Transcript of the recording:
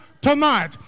tonight